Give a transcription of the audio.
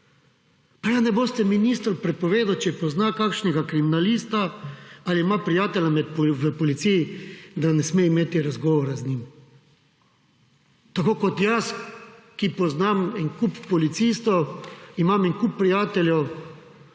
ja ne boste ministru prepovedali, če pozna kakšnega kriminalista ali ima prijatelja v policiji, da ne sme imeti razgovora z njim. Tako kot jaz, ki poznam en kup policistov, imam en kup prijateljev,